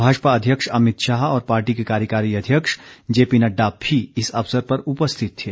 भाजपा अध्यक्ष अमित शाह और पार्टी के कार्यकारी अध्यक्ष जे पी नड्डा भी इस अवसर पर उपस्थित थे